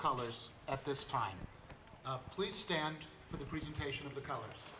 colors at this time please stand for the presentation of the colors